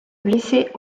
blessés